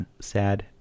Sad